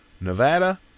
Nevada